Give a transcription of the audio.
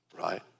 right